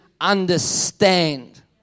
understand